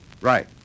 Right